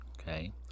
Okay